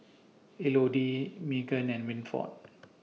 Elodie Meagan and Winford